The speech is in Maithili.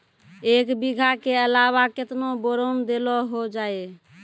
एक बीघा के अलावा केतना बोरान देलो हो जाए?